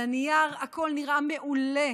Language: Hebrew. על הנייר הכול נראה מעולה,